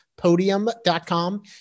Podium.com